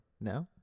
no